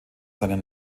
seinen